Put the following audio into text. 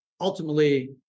ultimately